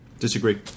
Disagree